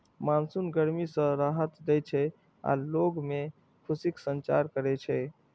monsoon गर्मी सं राहत दै छै आ लोग मे खुशीक संचार करै छै